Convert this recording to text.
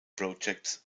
projects